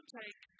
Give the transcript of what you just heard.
take